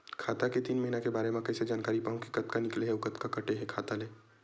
खाता के तीन महिना के बारे मा कइसे जानकारी पाहूं कि कतका निकले हे अउ कतका काटे हे खाता ले?